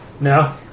No